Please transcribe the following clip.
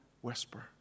whisper